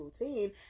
routine